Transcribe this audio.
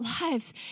lives